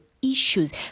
issues